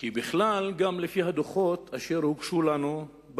כי גם לפי הדוחות של מינהל מקרקעי ישראל אשר